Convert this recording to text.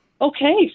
Okay